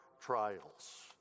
trials